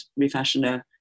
Refashioner